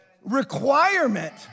requirement